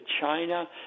China